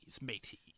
matey